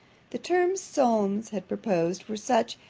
the terms solmes had proposed were such,